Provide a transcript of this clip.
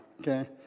okay